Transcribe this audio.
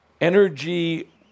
Energy